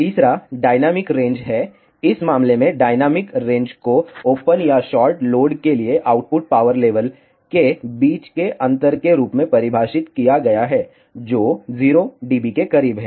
तीसरा dynamic range है इस मामले में डायनेमिक रेंज को ओपन या शॉर्ट लोड के लिए आउटपुट पावर लेवल के बीच के अंतर के रूप में परिभाषित किया गया है जो 0 dB के करीब है